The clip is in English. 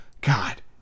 god